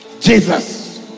Jesus